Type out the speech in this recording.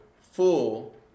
full